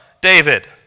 David